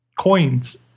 Coins